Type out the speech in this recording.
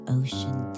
ocean